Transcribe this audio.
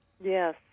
Yes